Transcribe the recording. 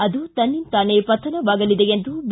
ಅದು ತನ್ನಿಂತಾನೆ ಪಥನವಾಗಲಿದೆ ಎಂದು ಬಿ